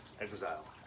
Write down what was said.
exile